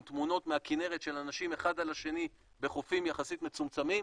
עם תמונות מהכנרת של אנשים אחד על השני בחופים יחסית מצומצמים,